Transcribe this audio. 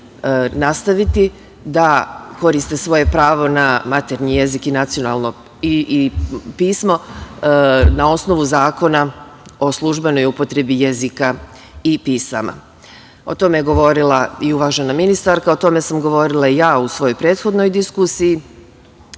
nastaviti da koriste svoje pravo na maternji jezik i pismo, na osnovu Zakona o službenoj upotrebi jezika i pisama. O tome je govorila i uvažena ministarka, o tome sam govorila i ja u svojoj prethodnoj diskusiji. Ono